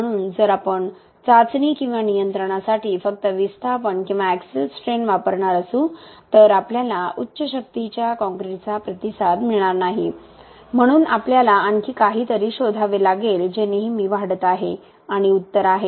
म्हणून जर आपण चाचणी किंवा नियंत्रणासाठी फक्त विस्थापन किंवा एक्सिल स्ट्रेन वापरणार असू तर आपल्याला उच्च शक्तीच्या कंक्रीटचा प्रतिसाद मिळणार नाही म्हणून आपल्याला आणखी काहीतरी शोधावे लागेल जे नेहमी वाढत आहे आणि उत्तर आहे